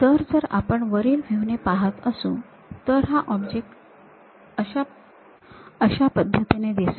तर जर आपण वरील व्ह्यू ने पाहत असू तर हा ऑब्जेक्ट अशा पद्धतीने दिसेल